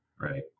right